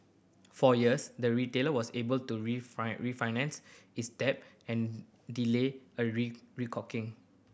for years the retailer was able to refinance its debt and delay a reckoning